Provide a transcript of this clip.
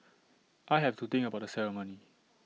I have to think about the ceremony